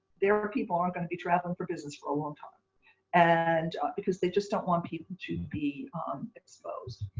there are people who aren't going to be traveling for business for a long time and because they just don't want people to be exposed.